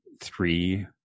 three